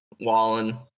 Wallen